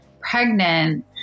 pregnant